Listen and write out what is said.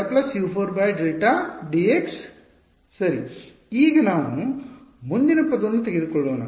−U 3Δ U 4 Δ dx ಸರಿ ಈಗ ನಾವು ಮುಂದಿನ ಪದವನ್ನು ತೆಗೆದುಕೊಳ್ಳೋಣ